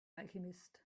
alchemist